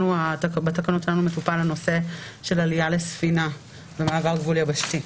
בתקנות שלנו מטופל הנושא של עלייה לספינה במעבר גבול יבשתי.